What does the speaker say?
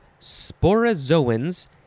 sporozoans